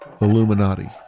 Illuminati